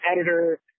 editor